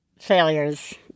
Failures